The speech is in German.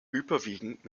überwiegend